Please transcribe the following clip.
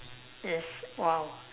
is !wow!